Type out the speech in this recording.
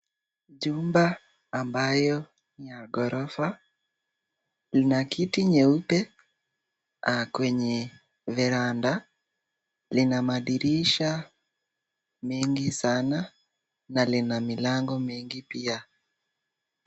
Jumba ambayo ni ya ghorofa lina kiti nyeupe kwenye veranda . Lina madirisha mengi sana na lina milango mengi pia.